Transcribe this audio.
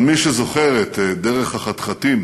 אבל מי שזוכר את דרך החתחתים